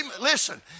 Listen